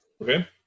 okay